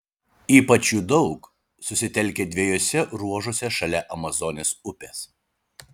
ypač jų daug susitelkę dviejuose ruožuose šalia amazonės upės